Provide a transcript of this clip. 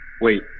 wait